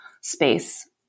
space